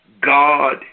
God